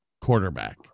quarterback